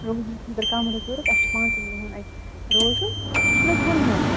روز خٲطرٕ کَمرٕ ضرورَت اَسہِ چھِ پانٛژَن دۄہَن اَتہِ روزُن یہِ چھُنہٕ حظ گُلمَرٕگ